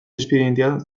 espedientea